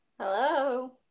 Hello